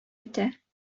итә